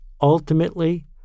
ultimately